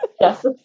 Yes